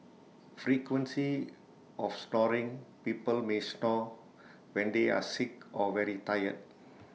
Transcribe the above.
frequency of snoring people may snore when they are sick or very tired